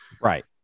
right